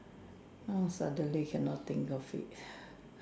oh suddenly cannot think of it